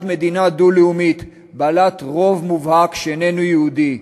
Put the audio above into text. מדינה דו-לאומית בעלת רוב מובהק שאיננו יהודי,